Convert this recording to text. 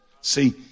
See